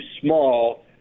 small